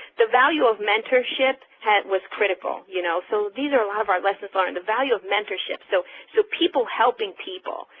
the value of mentorship was critical, you know? so these are a lot of our lessons learned, the value of mentorship, so so people helping people,